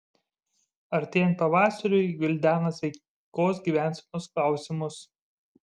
artėjant pavasariui gvildena sveikos gyvensenos klausimus